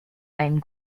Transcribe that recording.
einen